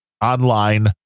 online